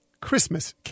Christmas